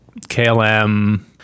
KLM